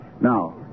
Now